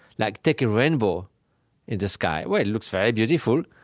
like take a rainbow in the sky. well, it looks very beautiful,